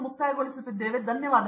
ವಾಸ್ತವವಾಗಿ